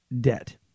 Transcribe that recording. debt